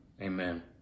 amen